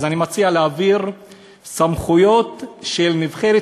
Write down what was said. אז אני מציע להעביר סמכויות של נבחרת